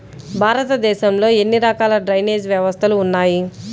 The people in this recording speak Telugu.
భారతదేశంలో ఎన్ని రకాల డ్రైనేజ్ వ్యవస్థలు ఉన్నాయి?